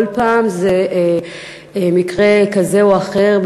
כל פעם זה מקרה כזה או אחר,